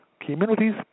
communities